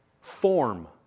form